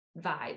vibe